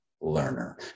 learner